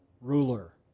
ruler